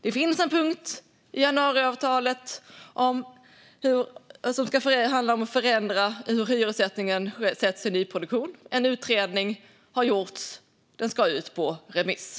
Det finns en punkt i januariavtalet som handlar om att förändra hyressättningen i nyproduktion. En utredning har gjorts som ska ut på remiss.